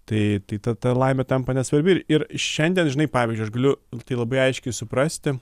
tai tai ta ta laimė tampa nesvarbi ir ir šiandien žinai pavyzdžiui aš galiu tai labai aiškiai suprasti